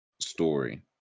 story